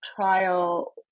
trial